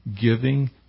Giving